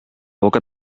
boca